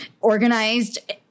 organized